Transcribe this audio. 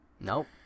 Nope